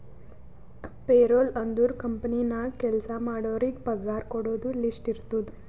payroll ಅಂದುರ್ company ನಾಗ್ ಕೆಲ್ಸಾ ಮಾಡೋರಿಗ ಪಗಾರ ಕೊಡೋದು ಲಿಸ್ಟ್ ಇರ್ತುದ್